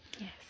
Yes